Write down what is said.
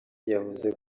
yavuze